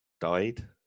died